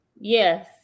Yes